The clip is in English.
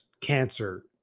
cancer